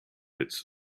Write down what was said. its